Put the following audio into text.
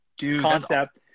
concept